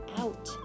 out